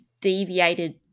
deviated